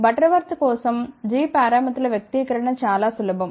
Butterworth కోసం g పారామితుల వ్యక్తీకరణ చాలా సులభం